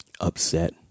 upset